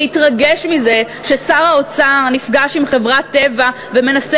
להתרגש מזה ששר האוצר נפגש עם חברת "טבע" ומנסה